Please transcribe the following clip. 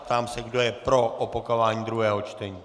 Ptám se, kdo je pro opakování druhého čtení.